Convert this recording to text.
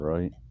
Right